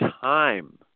time